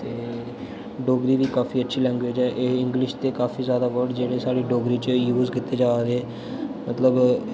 ते डोगरी बी काफी अच्छी लैंग्वेज़ ऐ इंग्लिश दे काफी जादा वर्ड जेहड़े साढे डोगरी च यूज़ कीते जा दे मतलब